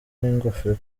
n’ingofero